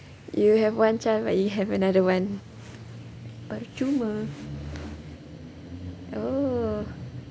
you have one child but you have another one percuma oh